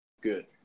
Good